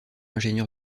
ingénieur